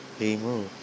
remove